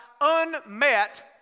unmet